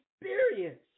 experience